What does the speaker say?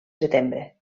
setembre